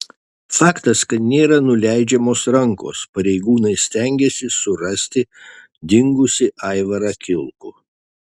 faktas kad nėra nuleidžiamos rankos pareigūnai stengiasi surasti dingusį aivarą kilkų